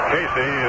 Casey